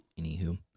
Anywho